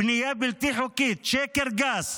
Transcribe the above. בנייה בלתי חוקית, שקר גס.